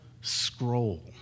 scroll